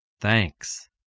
Thanks